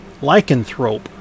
Lycanthrope